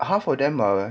half of them are